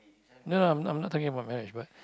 no I'm not talking about marriage but